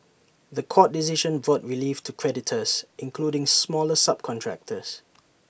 The Court decision brought relief to creditors including smaller subcontractors